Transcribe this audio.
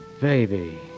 baby